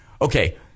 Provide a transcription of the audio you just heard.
Okay